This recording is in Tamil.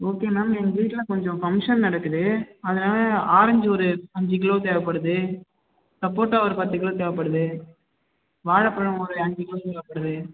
ஓகே மேம் எங்கள் வீட்டில் கொஞ்சம் ஃபங்க்ஷன் நடக்குது அதனால் ஆரஞ்சு ஒரு அஞ்சு கிலோ தேவைப்படுது சப்போட்டா ஒரு பத்து கிலோ தேவைப்படுது வாழைப்பழம் ஒரு அஞ்சு கிலோ தேவைப்படுது